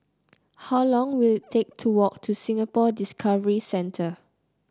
how long will it take to walk to Singapore Discovery Centre